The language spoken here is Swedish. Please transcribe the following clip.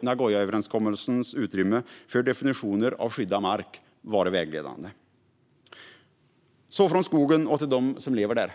Nagoyaöverenskommelsens utrymme för definitioner av skyddad mark vara vägledande. Låt mig gå över från skogen till dem som lever där.